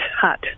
hot